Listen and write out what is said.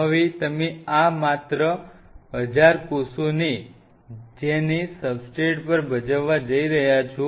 હવે તમે આ માત્ર 1000 કોષો જેને સબસ્ટ્રેટ પર ભજ વ વા જઈ રહ્યા છો